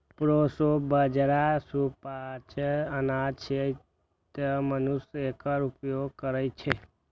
proso बाजारा सुपाच्य अनाज छियै, तें मनुष्य एकर उपभोग करै छै